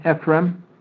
Ephraim